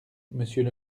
monsieur